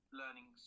learning